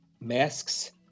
masks